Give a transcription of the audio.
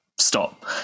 stop